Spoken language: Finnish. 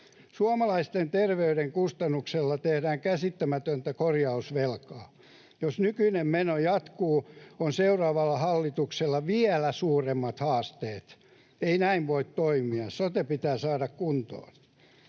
Suomalaisten terveyden kustannuksella tehdään käsittämätöntä korjausvelkaa. Jos nykyinen meno jatkuu, on seuraavalla hallituksella vielä suuremmat haasteet. Ei näin voi toimia. Sote pitää saada kuntoon.